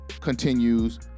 continues